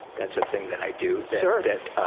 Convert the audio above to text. that's a thing that i do so that, ah,